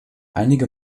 einige